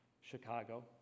Chicago